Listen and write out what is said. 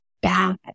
bad